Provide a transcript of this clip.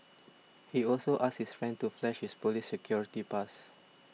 he also asked his friend to flash his police security pass